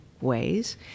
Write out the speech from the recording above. ways